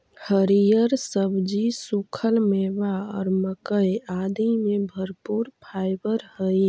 हरिअर सब्जि, सूखल मेवा और मक्कइ आदि में भरपूर फाइवर हई